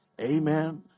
Amen